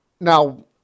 Now